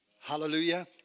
Hallelujah